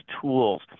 tools